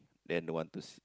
then don't want to s~